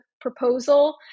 proposal